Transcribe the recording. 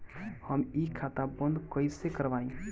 हम इ खाता बंद कइसे करवाई?